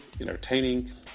entertaining